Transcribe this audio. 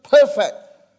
perfect